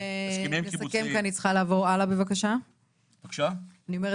אני חושב